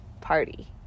party